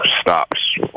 stops